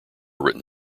written